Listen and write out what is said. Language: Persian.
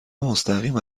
مستقیم